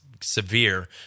severe